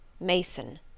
Mason